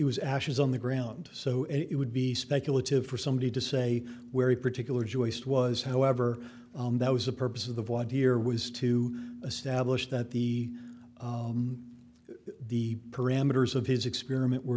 was ashes on the ground so it would be speculative for somebody to say where he particular joist was however that was the purpose of the void here was to establish that the the parameters of his experiment were